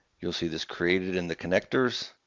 you'll see this created in the connectors.